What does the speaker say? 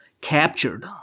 captured